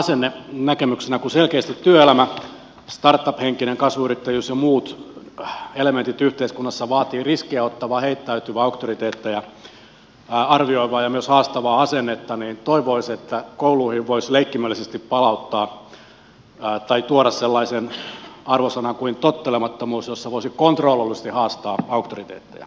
kun selkeästi työelämä startup henkinen kasvuyrittäjyys ja muut elementit yhteiskunnassa vaativat riskiä ottavaa heittäytyvää auktoriteetteja arvioivaa ja myös haastavaa asennetta niin toivoisi että kouluihin voisi leikkimielisesti palauttaa tai tuoda sellaisen arvosanan kuin tottelemattomuus jossa voisi kontrolloidusti haastaa auktoriteetteja